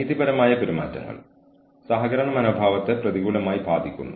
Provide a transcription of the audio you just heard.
കൂടാതെ ഞങ്ങൾക്ക് എല്ലാ വിഭവങ്ങളും നൽകിയിരിക്കുന്നു